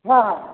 हँ हँ